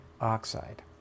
oxide